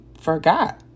forgot